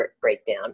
breakdown